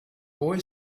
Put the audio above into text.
boy